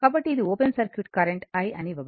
కాబట్టి ఇది open circuit current i అని ఇవ్వబడింది